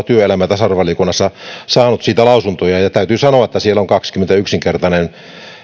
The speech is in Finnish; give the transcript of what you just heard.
työelämä ja tasa arvovaliokunnassa saanut siitä lausuntoja täytyy sanoa että siellä on kaksikymmentäyksi kertainen